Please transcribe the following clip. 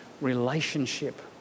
relationship